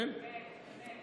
אמת,